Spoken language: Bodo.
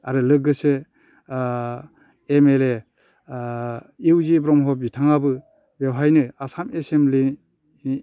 आरो लोगोसे M L A U G Brahma बिथाङाबो बेवहायनो आसाम एसेमब्लिनि